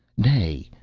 nay,